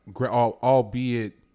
Albeit